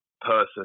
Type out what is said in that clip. person